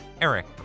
Eric